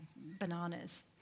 bananas